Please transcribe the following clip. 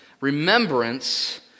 Remembrance